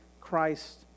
Christ